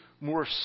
more